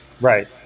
Right